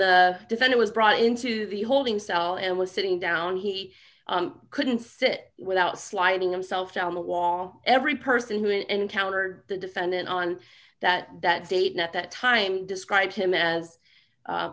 the defender was brought into the holding cell and was sitting down he couldn't sit without sliding himself down the wall every person who and encounter the defendant on that that date at that time described him as